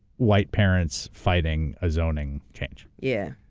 white parents, fighting a zoning change. yeah.